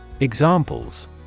Examples